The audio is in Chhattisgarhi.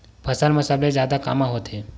फसल मा सबले जादा कामा होथे?